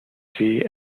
fee